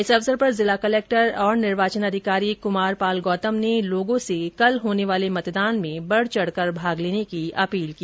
इस अवसर पर जिला कलेक्टर और निर्वाचन अधिकारी कुमारपाल गौतम ने लोगों से कल होने वाले मतदान में बढ़ चढ़कर भाग लेने की अपील की